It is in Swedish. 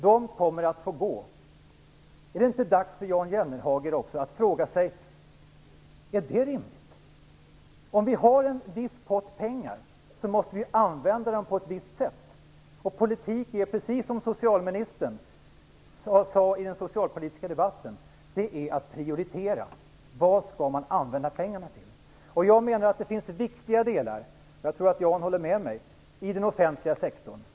De kommer att få gå. Är det inte dags för Jan Jennehag att fråga sig om det är rimligt? Om vi har en viss pott pengar måste vi använda dem på ett visst sätt. Politik är, precis som socialministern sade i den socialpolitiska debatten, att prioritera. Vad skall man använda pengarna till? Jag menar att det finns viktiga delar i den offentliga sektorn, och jag tror att Jan Jennehag håller med mig.